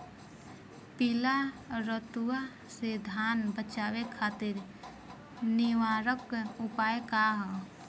पीला रतुआ से धान बचावे खातिर निवारक उपाय का ह?